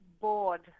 board